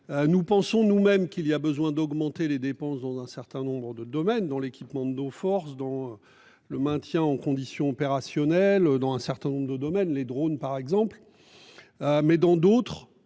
Nous pensons nous-mêmes qu'il y a besoin d'augmenter les dépenses dans un certain nombre de domaines, dont l'équipement de nos forces dans le maintien en condition opérationnelle dans un certain nombre de domaines les drone par exemple. Mais dans d'autres.